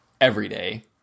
everyday